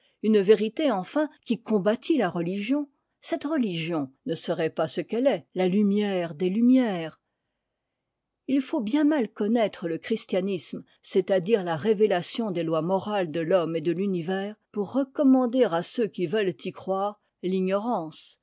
une vérité enfin qui combattît la religion cette religion ne serait pas ce qu'ette est la lumière des lumières il faut bien mal connaître le christianisme c'est-à-dire la révélation des lois morales de l'homme et de l'univers pour recommander à ceux qai veulent y eroire l'ignorance